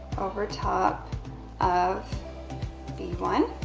over top of b one.